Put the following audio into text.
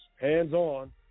Hands-on